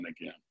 again